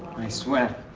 i swear